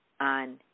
on